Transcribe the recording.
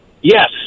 Yes